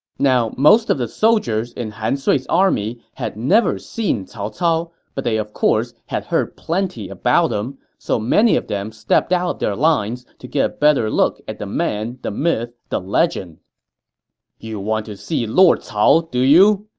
most of the soldiers in han sui's army had never seen cao cao, but they of course had heard plenty about him. so many of them stepped out of their lines to get a better look at the man, the myth, the legend you want to see lord cao, do you?